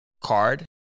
card